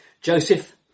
Joseph